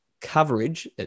coverage